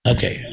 Okay